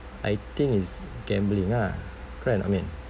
I think is gambling ah friend I mean